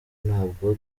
ntabwo